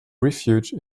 refuge